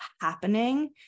happening